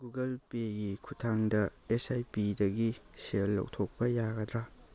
Google ꯄꯦꯒꯤ ꯈꯨꯊꯥꯡꯗ S I ꯄꯤꯗꯒꯤ ꯁꯦꯜ ꯂꯧꯊꯣꯛꯄ ꯌꯥꯒꯗ꯭ꯔ